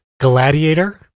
Gladiator